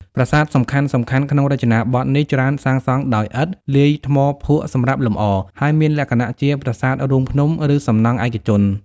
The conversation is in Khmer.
ប្រាសាទសំខាន់ៗក្នុងរចនាបថនេះច្រើនសាងសង់ដោយឥដ្ឋ លាយថ្មភក់សម្រាប់លម្អ ហើយមានលក្ខណៈជាប្រាសាទរូងភ្នំ ឬសំណង់ឯកជន។